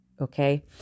okay